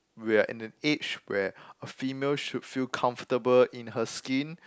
we're in an age where a female should feel comfortable in her skin